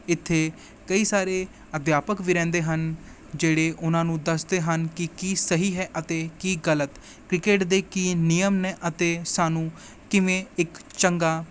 ਇੱਥੇ ਕਈ ਸਾਰੇ ਅਧਿਆਪਕ ਵੀ ਰਹਿੰਦੇ ਹਨ ਜਿਹੜੇ ਉਨ੍ਹਾਂ ਨੂੰ ਦੱਸਦੇ ਹਨ ਕਿ ਕੀ ਸਹੀ ਹੈ ਅਤੇ ਕੀ ਗਲਤ ਕ੍ਰਿਕਟ ਦੇ ਕੀ ਨਿਯਮ ਨੇ ਅਤੇ ਸਾਨੂੰ ਕਿਵੇਂ ਇੱਕ ਚੰਗਾ